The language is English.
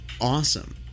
Awesome